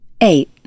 Eight